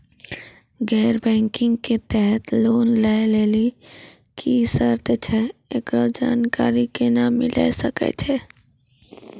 गैर बैंकिंग के तहत लोन लए लेली की सर्त छै, एकरो जानकारी केना मिले सकय छै?